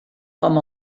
com